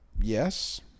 Yes